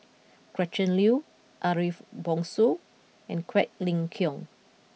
Gretchen Liu Ariff Bongso and Quek Ling Kiong